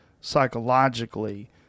psychologically